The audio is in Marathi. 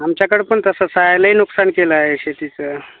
आमच्याकडं पण तसंच आहे लय नुकसान केलं आहे शेतीचं